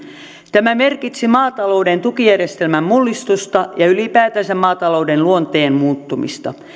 tämä merkitsi maatalouden tukijärjestelmän mullistusta ja ylipäätänsä maatalouden luonteen muuttumista